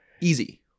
Easy